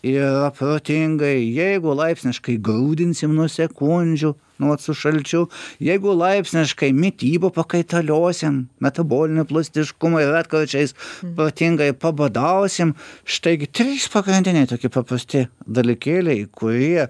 ir protingai jeigu laipsniškai grūdinsim nuo sekundžių nu vat su šalčiu jeigu laipsniškai mitybą pakaitaliosim metabolinio plastiškumo ir retkarčiais protingai pabadausim štai gi trys pagrindiniai tokie paprasti dalykėliai kurie